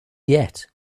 yet